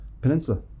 Peninsula